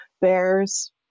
bears